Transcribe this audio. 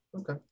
Okay